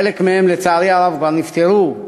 חלק מהם, לצערי הרב, כבר נפטרו.